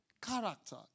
Character